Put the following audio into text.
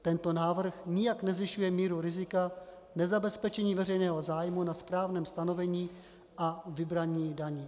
Tento návrh nijak nezvyšuje míru rizika nezabezpečení veřejného zájmu na správném stanovení a vybrání daní.